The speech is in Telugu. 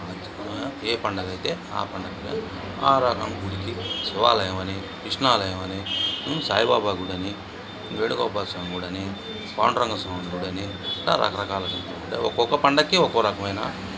ఏ పండుగ అయితే ఆ పండగ ఆరాధన గుడికి శివాలయం అని కృష్ణాలయం అని సాయిబాబా గుడి అని వేణుగోపాల స్వామి గుడి అని పాండురంగ స్వామి గుడి అని ఇలా రకరకాలుగా ఒక్కొక్క పండుగకి ఒక్కొక రకమైన